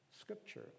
scripture